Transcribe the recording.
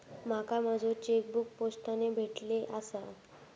माका माझो चेकबुक पोस्टाने भेटले आसा